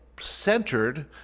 centered